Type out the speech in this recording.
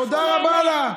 תודה רבה לה.